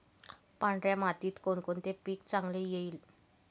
पांढऱ्या मातीत कोणकोणते पीक चांगले येईल?